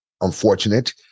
unfortunate